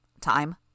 Time